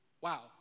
wow